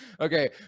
okay